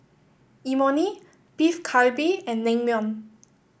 Imoni Beef Galbi and Naengmyeon